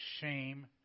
shame